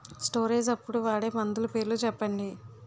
Storage అప్పుడు వాడే మందులు పేర్లు చెప్పండీ?